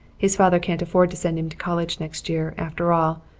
his father can't afford to send him to college next year, after all,